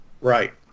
right